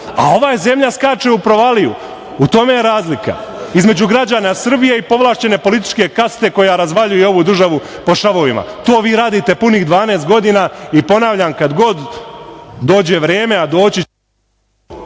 a ova zemlja skače u provaliju. U tome je razlika između građana Srbije i povlašćene političke kaste koja razvaljuje ovu državu po šavovima. To vi radite punih 12 godina i ponavljam kad god dođe vreme, a doći će…